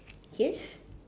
yes